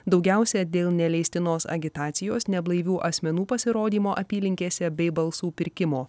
daugiausia dėl neleistinos agitacijos neblaivių asmenų pasirodymo apylinkėse bei balsų pirkimo